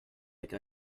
like